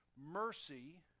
mercy